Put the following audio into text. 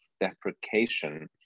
deprecation